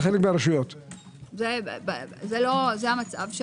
כלומר עכשיו להצביע